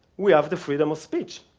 we have the freedom of speech,